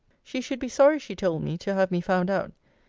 she should be sorry, she told me, to have me found out.